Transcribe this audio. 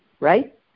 Right